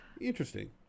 interesting